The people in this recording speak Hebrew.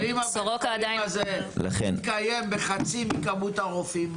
אבל אם בית החולים הזה מתקיים בחצי מכמות הרופאים,